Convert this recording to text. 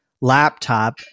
laptop